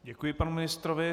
Děkuji panu ministrovi.